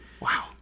Wow